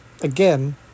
again